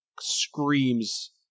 screams